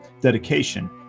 dedication